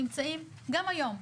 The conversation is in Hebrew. שנמצאים גם היום,